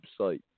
website